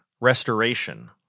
restoration